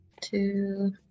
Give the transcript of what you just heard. two